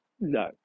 No